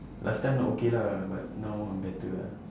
last time not okay lah but now I'm better ah